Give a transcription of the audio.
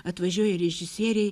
atvažiuoja režisieriai